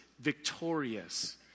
victorious